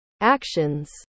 Actions